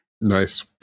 Nice